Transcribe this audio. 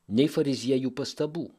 nei fariziejų pastabų